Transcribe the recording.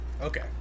Okay